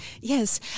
Yes